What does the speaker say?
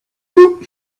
woot